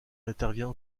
intervient